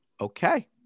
Okay